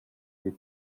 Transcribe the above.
бид